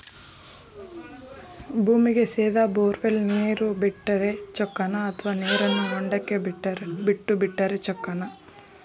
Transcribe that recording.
ಭೂಮಿಗೆ ಸೇದಾ ಬೊರ್ವೆಲ್ ನೇರು ಬಿಟ್ಟರೆ ಚೊಕ್ಕನ ಅಥವಾ ನೇರನ್ನು ಹೊಂಡಕ್ಕೆ ಬಿಟ್ಟು ಬಿಟ್ಟರೆ ಚೊಕ್ಕನ?